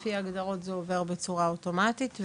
לפי ההגדרות זה עובר בצורה אוטומטית.